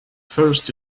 first